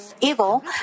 evil